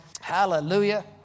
Hallelujah